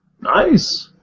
nice